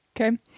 Okay